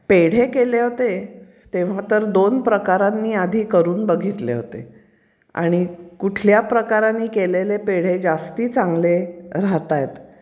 पेढे केले होते तेव्हा तर दोन प्रकारांनी आधी करून बघितले होते आणि कुठल्या प्रकारांनी केलेले पेढे जास्त चांगले राहत आहेत